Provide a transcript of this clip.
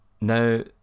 Now